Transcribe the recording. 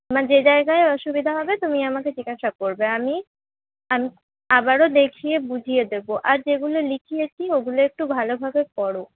তোমার যে জায়গায় অসুবিধা হবে তুমি আমাকে জিজ্ঞাসা করবে আমি আবারও দেখিয়ে বুঝিয়ে দেব আর যেগুলো লিখিয়েছি ওগুলো একটু ভালোভাবে পড়ো